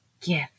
gift